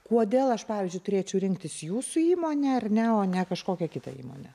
kodėl aš pavyzdžiui turėčiau rinktis jūsų įmonę ar ne o ne kažkokią kitą įmonę